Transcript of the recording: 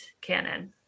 canon